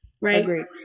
right